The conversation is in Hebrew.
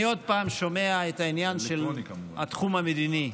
אני עוד פעם שומע את העניין של התחום המדיני,